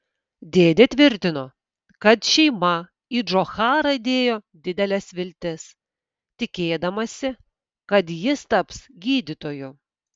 dėdė tvirtino kad šeima į džocharą dėjo dideles viltis tikėdamasi kad jis taps gydytoju